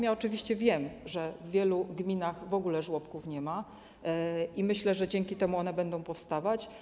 Ja oczywiście wiem, że w wielu gminach w ogóle żłobków nie ma, i myślę, że dzięki temu one będą powstawać.